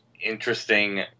interesting